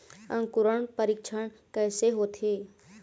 अंकुरण परीक्षण कैसे होथे?